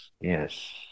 yes